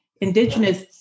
indigenous